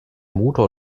motor